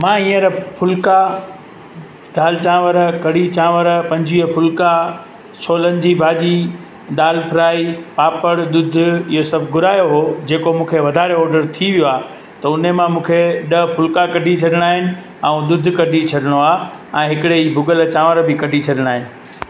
मां हींअर फुलका दाल चांवर कड़ी चांवर पंजुवीह फुलका छोलनि जी भाॼी दालि फ्राइ पापड़ दुध इहो सभु घुरायो हुओ जेको मूंखे वधारे ऑडर थी वियो आहे त उन मां मूंखे ॾह फुलका कढी छॾिणा आहिनि ऐं दुध कढी छॾिणो आहे ऐं हिकिड़े इहे भुॻल चांवर बि कढी छॾिणा आहिनि